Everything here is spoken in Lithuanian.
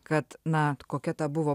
kad na kokia ta buvo